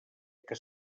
que